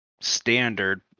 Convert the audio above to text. standard